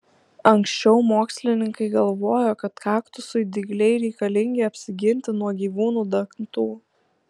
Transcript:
anksčiau mokslininkai galvojo kad kaktusui dygliai reikalingi apsiginti nuo gyvūnų dantų